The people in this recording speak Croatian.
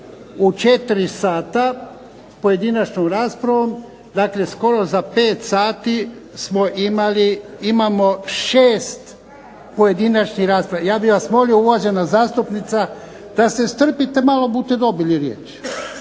u 16 sati s pojedinačnom raspravom, dakle s kojom za 5 sati smo imali, imamo 6 pojedinačnih rasprava. Ja bih vas molio uvažena zastupnica da se strpite malo, bute dobili riječ.